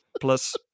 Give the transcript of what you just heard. Plus